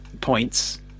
points